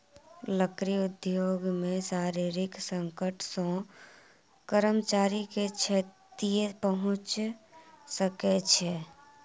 लकड़ी उद्योग मे शारीरिक संकट सॅ कर्मचारी के क्षति पहुंच सकै छै